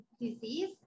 disease